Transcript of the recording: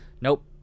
nope